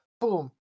boom